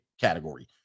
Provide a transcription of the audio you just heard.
category